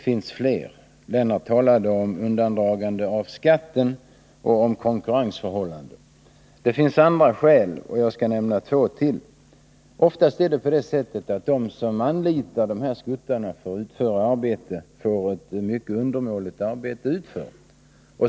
Han talade om undandragande av skatt och om konkurrensförhållandena. Det finns flera skäl, och jag skall nämna två till. Oftast är det på det sättet att de som anlitar de här skuttarna får ett mycket dåligt arbete utfört.